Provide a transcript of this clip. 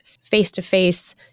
face-to-face